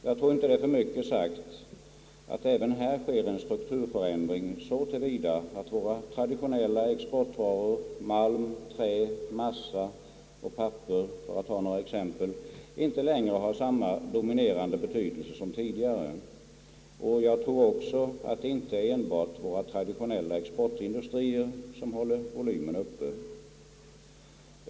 Jag tror inte det är för mycket sagt att även här sker en strukturförändring så till vida att våra traditionella exportvaror — malm, trä, massa och papper för att ta några exempel — inte längre har samma dominerande betydelse som tidigare, Jag tror också att det inte enbart är våra traditionella exportindustrier som håller volymen uppe.